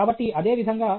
కాబట్టి అదేవిధంగా